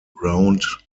round